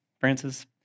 Francis